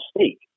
speak